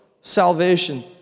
salvation